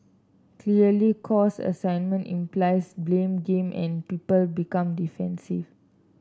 clearly cause assignment implies blame game and people become defensive